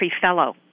fellow